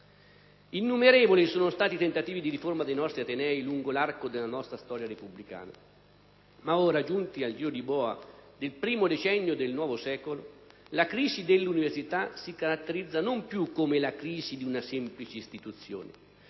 Innumerevoli sono stati i tentativi di riforma dei nostri atenei lungo l'arco della nostra storia repubblicana. Ma ora, giunti al giro di boa del primo decennio del nuovo secolo, la crisi dell'università si caratterizza non più come la crisi di una semplice istituzione,